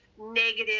Negative